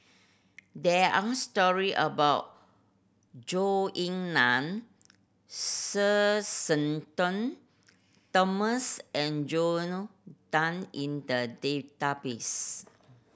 there are story about Zhou Ying Nan Sir Shenton Thomas and Joel Tan in the database